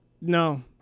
No